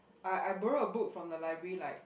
I I borrow a book from the library like